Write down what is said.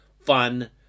fun